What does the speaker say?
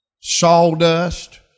sawdust